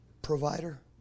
Provider